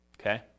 Okay